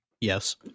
Yes